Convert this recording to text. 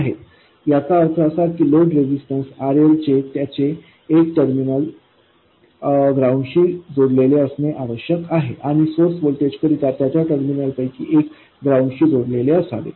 याचा अर्थ असा की लोड रेझिस्टन्स RL चे त्याचे एक टर्मिनल ग्राउंडशी जोडलेले असणे आवश्यक आहे आणि सोर्स व्होल्टेज करिता त्याच्या टर्मिनलपैकी एक टर्मिनल ग्राउंडशी जोडलेले असावे